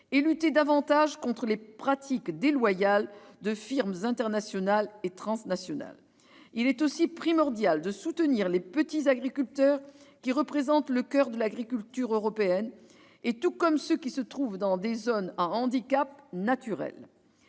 de lutter davantage contre les pratiques déloyales de firmes internationales et transnationales. Il est également primordial de soutenir les petits agriculteurs, qui représentent le coeur de l'agriculture européenne, comme ceux qui se trouvent dans des zones à handicaps naturels.